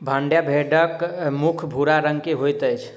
मांड्या भेड़क मुख भूरा रंग के होइत अछि